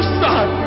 son